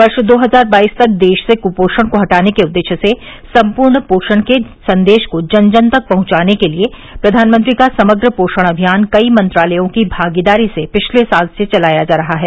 वर्ष दो हजार बाईस तक देश से कृपोषण को हटाने के उद्देश्य से सम्पूर्ण पोषण के संदेश को जन जन तक पहंचाने के लिए प्रधानमंत्री का समग्र पोषण अभियान कई मंत्रालयों की भागीदारी से पिछले साल से चलाया जा रहा है